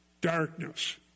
darkness